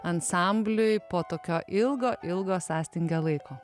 ansambliui po tokio ilgo ilgo sąstingio laiko